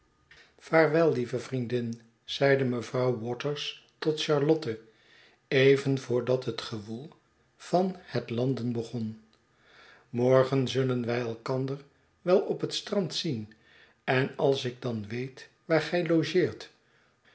vaarwel lieve vriendin zeide mevrouw waters tot charlotte even voordat het gewoel van het landen begon morgen zullen wij elkander wel op het strand zien en als ik dan weet waar